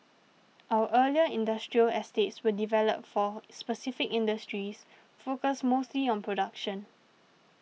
our earlier industrial estates were developed for specific industries focused mostly on production